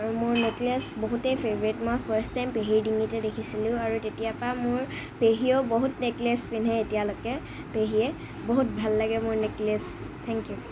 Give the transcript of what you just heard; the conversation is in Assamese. আৰু মোৰ নেকলেছ বহুতেই ফেভৰেট মই ফাৰ্ষ্ট টাইম পেহীৰ ডিঙিতেই দেখিছিলোঁ আৰু তেতিয়াৰ পৰা মোৰ পেহীয়েও বহুত নেকলেছ পিন্ধে এতিয়ালৈকে পেহীয়ে বহুত ভাল লাগে মোৰ নেকলেছ থেংক ইউ